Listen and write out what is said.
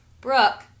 Brooke